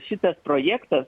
šitas projektas